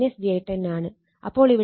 അപ്പോൾ ഇവിടെ j 10 i1